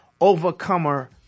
overcomer